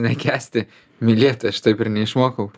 nekęsti mylėti aš taip ir neišmokau